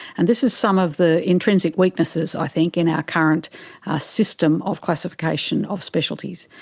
and this is some of the intrinsic weaknesses i think in our current system of classification of specialties,